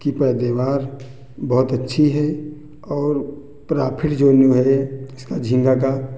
की पैदावार बहुत अच्छी है और प्रॉफ़िट जोन वो है इसका झींगा का